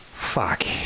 fuck